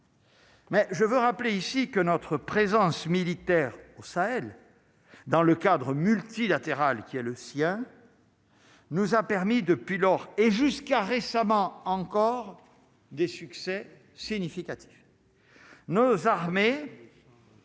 Mais je veux rappeler ici que notre présence militaire au Sahel, dans le cadre multilatéral qui a le sien. Nous a permis depuis lors et jusqu'à récemment encore des succès significatifs